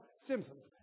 Simpsons